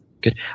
good